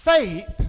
Faith